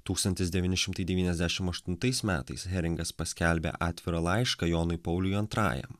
tūkstantis devyni šimtai devyniasdešim aštuntais metais heringas paskelbė atvirą laišką jonui pauliui antrąjam